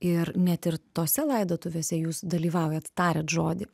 ir net ir tose laidotuvėse jūs dalyvaujat tariat žodį